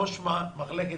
ראש ועדת